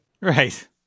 Right